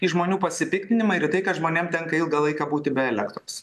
į žmonių pasipiktinimą ir į tai kad žmonėm tenka ilgą laiką būti be elektros